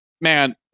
man